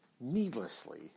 needlessly